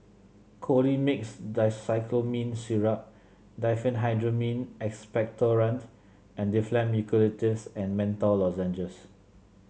Colimix Dicyclomine Syrup Diphenhydramine Expectorant and Difflam Eucalyptus and Menthol Lozenges